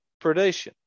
predation